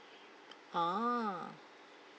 a'ah